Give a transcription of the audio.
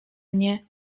mnie